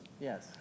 Yes